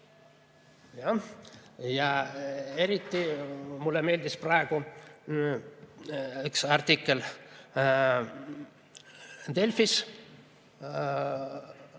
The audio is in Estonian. Jah. Eriti mulle meeldis praegu üks artikkel Delfis.